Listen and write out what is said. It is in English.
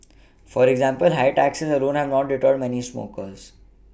for example high taxes alone have not deterred many smokers